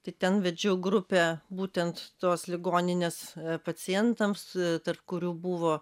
tai ten vedžiau grupę būtent tos ligoninės pacientams tarp kurių buvo